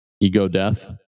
Ego-Death